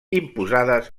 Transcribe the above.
imposades